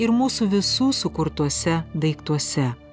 ir mūsų visų sukurtuose daiktuose